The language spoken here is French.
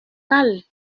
cales